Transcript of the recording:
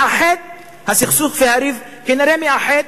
מאחד, הסכסוך והריב כנראה מאחדים.